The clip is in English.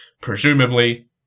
Presumably